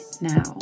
now